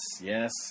yes